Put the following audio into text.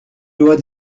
doit